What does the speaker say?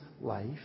life